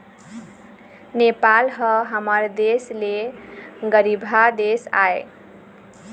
नेपाल ह हमर देश ले गरीबहा देश आय